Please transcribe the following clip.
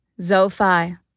Zophai